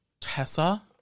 Tessa